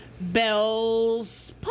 bells